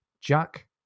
Jack